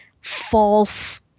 false